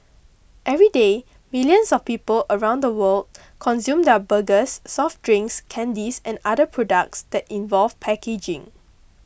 everyday millions of people around the world consume their burgers soft drinks candies and other products that involve packaging